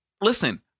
listen